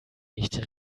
nicht